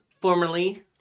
formerly